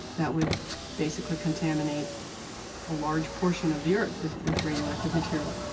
that would basically contaminate a large portion of the earth with with radioactive material.